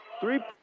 three